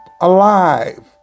alive